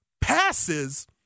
passes